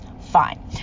fine